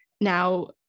now